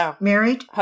married